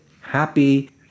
happy